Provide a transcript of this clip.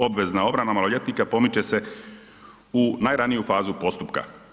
Obvezna obrana maloljetnika pomiće se u najraniju fazu postupka.